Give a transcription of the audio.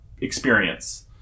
experience